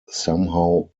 somehow